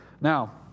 Now